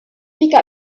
picked